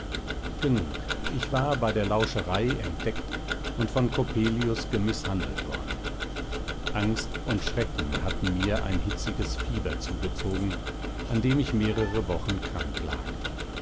genug ich war bei der lauscherei entdeckt und von coppelius gemißhandelt worden angst und schrecken hatten mir ein hitziges fieber zugezogen an dem ich mehrere wochen krank lag